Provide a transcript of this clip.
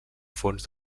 fons